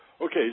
Okay